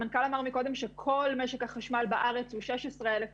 המנכ"ל אמר קודם שכל משק החשמל בארץ הוא 16,000 מגה-וואט,